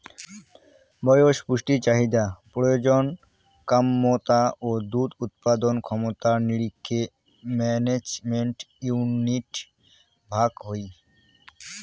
বয়স, পুষ্টি চাহিদা, প্রজনন ক্যমতা ও দুধ উৎপাদন ক্ষমতার নিরীখে ম্যানেজমেন্ট ইউনিট ভাগ হই